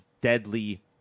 deadly